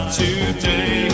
today